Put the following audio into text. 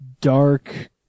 dark